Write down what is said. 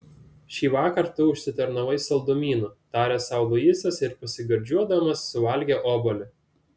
šįvakar tu užsitarnavai saldumynų tarė sau luisas ir pasigardžiuodamas suvalgė obuolį